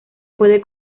puede